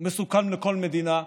מסוכן בכל מדינה,